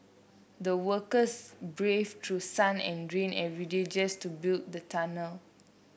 the workers brave through sun and rain every day just to build the tunnel